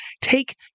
take